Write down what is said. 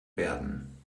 werden